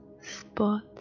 spot